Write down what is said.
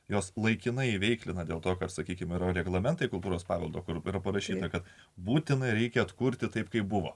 jos laikinai įveiklina dėl to kad sakykime yra reglamentai kultūros paveldo kur yra parašyta kad būtinai reikia atkurti taip kaip buvo